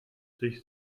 sich